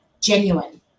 genuine